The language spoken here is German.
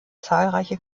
zahlreiche